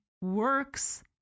works